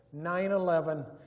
9-11